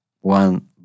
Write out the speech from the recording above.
one